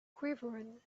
quivered